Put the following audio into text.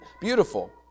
beautiful